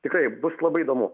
tikrai bus labai įdomu